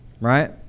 right